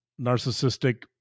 narcissistic